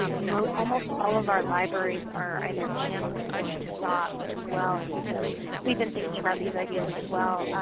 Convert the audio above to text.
um ah almost all of our libraries are either gyms or stops as well and so we've been thinking about these ideas as well.